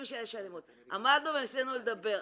עמדנו שם וניסינו לדבר.